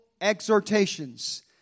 exhortations